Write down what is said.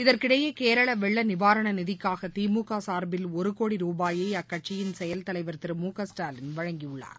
இதற்கிடையே கேரள வெள்ள நிவாரண நிதிக்காக திமுக சார்பில் ஒருகோடி ரூபாயை அக்கட்சியின் செயல் தலைவர் திரு மு க ஸ்டாலின் வழங்கியுள்ளார்